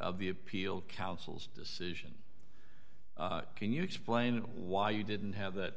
of the appeal council's decision can you explain why you didn't have that